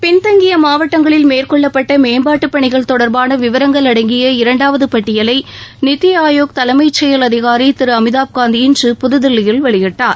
பின்தங்கிய மாவட்டங்களில் மேற்கொள்ளப்பட்ட மேம்பாட்டு பணிகள் தொடர்பான விவரங்கள் அடங்கிய இரண்டாவது பட்டியலை நித்தி ஆயோக்தலைமைசெயல் அதிகாரி திரு அமிதாப் காந்த் இன்று புதுதில்லியில் வெளியிட்டார்